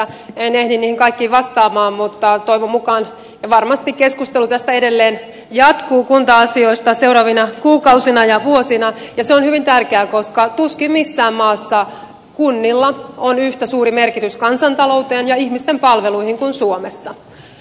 en ehdi niihin kaikkiin vastaamaan mutta toivon mukaan ja varmasti keskustelu kunta asioista edelleen jatkuu seuraavina kuukausina ja vuosina ja se on hyvin tärkeää koska tuskin missään maassa kunnilla on yhtä suuri merkitys kansantalouteen ja ihmisten palveluihin kuin suo messa